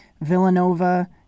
Villanova